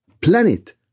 planet